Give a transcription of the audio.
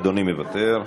אדוני מוותר.